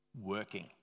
working